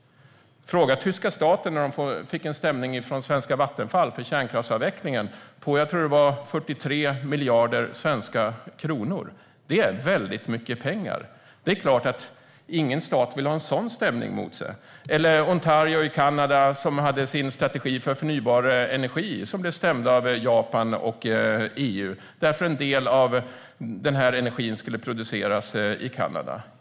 Fråga tyska staten när den fick en stämning från svenska Vattenfall för kärnkraftsavvecklingen på jag tror att det var 43 miljarder svenska kronor! Det är väldigt mycket pengar. Det är klart att ingen stat vill ha en sådan stämning mot sig. Ontario i Kanada hade sin strategi för förnybar energi och blev stämda av Japan och EU, eftersom en del av den här energin skulle produceras i Kanada.